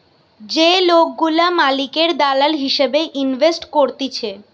যে লোকগুলা মালিকের দালাল হিসেবে ইনভেস্ট করতিছে